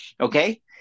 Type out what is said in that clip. Okay